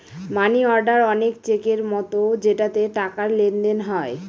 মানি order অনেক চেকের মতো যেটাতে টাকার লেনদেন হয়